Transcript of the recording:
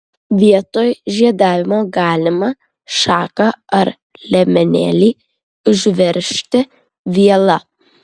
vietoj žiedavimo galima šaką ar liemenėlį užveržti viela